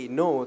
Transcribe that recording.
no